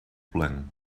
phlegm